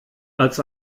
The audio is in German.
als